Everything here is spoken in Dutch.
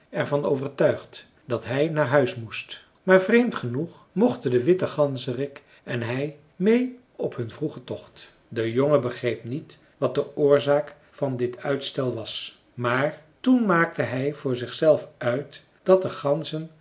van overtuigd dat hij naar huis moest maar vreemd genoeg mochten de witte ganzerik en hij meê op hun vroegen tocht de jongen begreep niet wat de oorzaak van dit uitstel was maar toen maakte hij voor zichzelf uit dat de ganzen